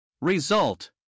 Result